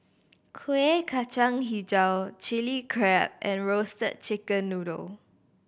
Kuih Kacang Hijau Chili Crab and Roasted Chicken Noodle